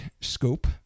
scope